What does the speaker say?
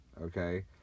okay